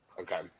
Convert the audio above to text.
Okay